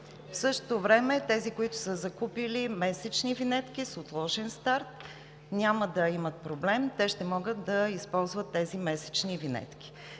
В същото време тези, които са закупили месечни винетки с отложен старт, няма да имат проблем – те ще могат да използват тези месечни винетки.